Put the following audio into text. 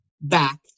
back